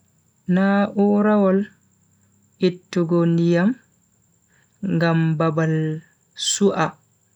Na'urawol ittugo ndiyam ngam babal su'a